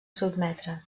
sotmetre